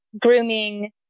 grooming